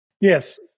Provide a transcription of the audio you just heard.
Yes